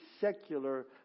secular